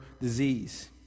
disease